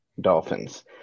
Dolphins